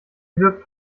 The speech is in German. wirkt